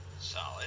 Solid